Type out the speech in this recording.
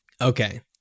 Okay